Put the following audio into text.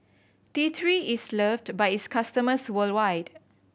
T Three is loved by its customers worldwide